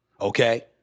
Okay